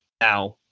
Now